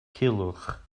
culhwch